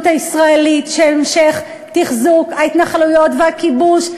הישראלית של המשך תחזוק ההתנחלויות והכיבוש,